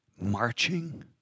marching